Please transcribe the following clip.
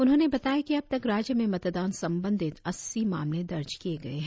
उन्होंने बताया की अब तक राज्य में मतदान संबंधित अस्सी मामले दर्ज किए गए है